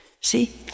See